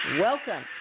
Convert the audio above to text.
welcome